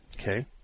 Okay